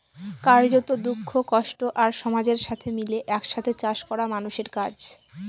কার্যত, দুঃখ, কষ্ট আর সমাজের সাথে মিলে এক সাথে চাষ করা মানুষের কাজ